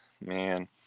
man